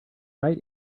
right